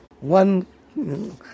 One